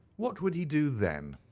what would he do, then?